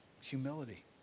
humility